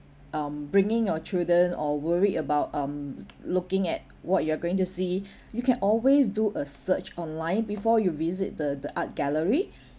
um bringing our children or worried about um looking at what you are going to see you can always do a search online before you visit the the art gallery